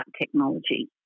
technology